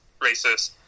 racist